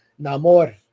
Namor